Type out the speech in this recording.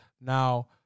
Now